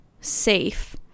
safe